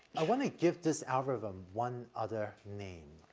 i wanna i give this algorithm one other name.